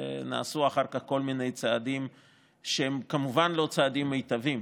ונעשו אחר כך כל מיני צעדים שהם כמובן לא צעדים מיטביים.